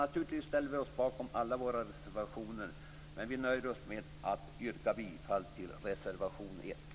Naturligtvis står vi bakom alla våra reservationer men vi nöjer oss med att yrka bifall till reservation 1.